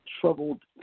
troubled